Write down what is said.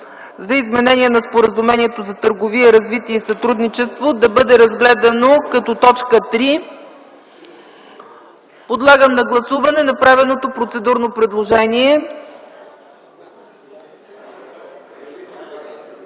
за изменение на Споразумението за търговия, развитие и сътрудничество да бъде разгледан като т. 3. Подлагам на гласуване направеното процедурно предложение.